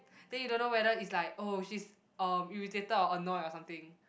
then you don't know whether is like oh she's uh irritated or annoyed or something